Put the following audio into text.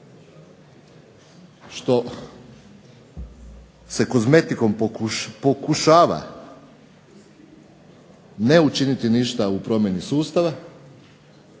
što se kozmetikom pokušava ne učiniti ništa u promijeni sustava,